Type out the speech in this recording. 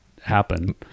happen